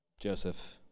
Joseph